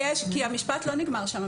המשפט לא נגמר שם.